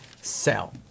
sell